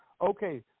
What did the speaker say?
Okay